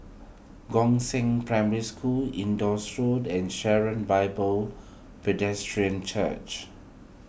Gongshang Primary School Indus Road and Sharon Bible Church